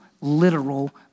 literal